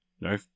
no